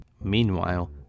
Meanwhile